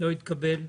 לא התקבל.